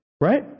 right